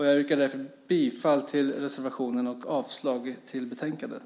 Jag yrkar därför bifall till reservationen och avslag på förslaget i betänkandet.